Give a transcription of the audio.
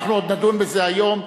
אנחנו עוד נדון בזה היום,